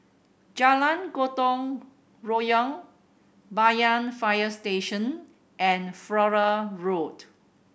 Jalan Gotong Royong Banyan Fire Station and Flora Road